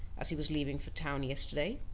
as he was leaving for town yesterday.